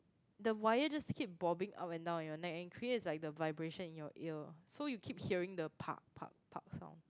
the wire just keeps bobbing up and down on your neck and it creates like the vibration in your ear so you keep hearing the sound